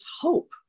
hope